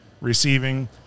receiving